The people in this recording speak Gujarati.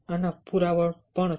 આના પુરાવા છે